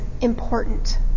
important